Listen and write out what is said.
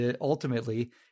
ultimately